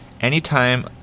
anytime